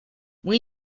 muy